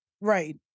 Right